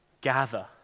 gather